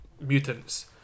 mutants